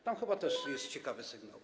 Stamtąd chyba też jest ciekawy sygnał.